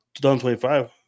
2025